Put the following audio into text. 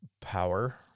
power